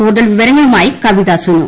കൂടുതൽ വിവരങ്ങളുമായി കവിതാസുനു